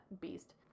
beast